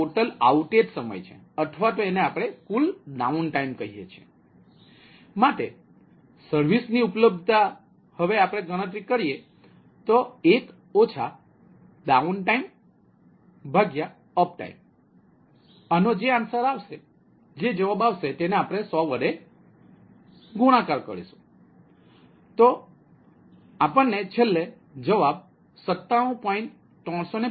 total outage સમય અથવા કુલ ડાઉન ટાઇમ 9 કલાક 25 મિનિટ સર્વિસની ઉપલબ્ધતા 1 ડાઉન ટાઇમઅપટાઇમ100 1 9 કલાક 25 મિનિટ360 કલાક 100 97